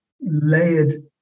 layered